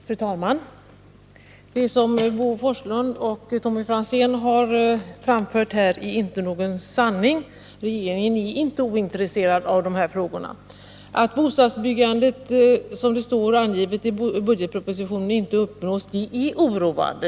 Fru talman! Det som Bo Forslund och Tommy Franzén har sagt här är inte sanning. Regeringen är inte ointresserad av dessa frågor. Att målet för bostadsbyggandet, som det står angivet i budgetpropositionen, inte uppnås är oroande.